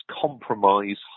compromise